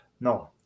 no